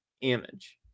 image